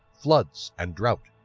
floods and drought.